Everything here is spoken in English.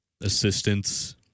assistance